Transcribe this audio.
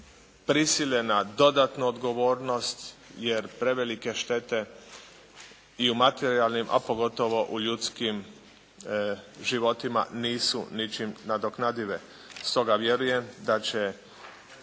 prisile na dodatnu odgovornost jer prevelike štete i u materijalnim a pogotovo u ljudskim životima nisu ničim nadoknadive. Stoga vjerujem da će